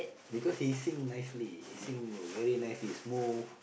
because he sing nicely he sing very nicely smooth